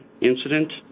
incident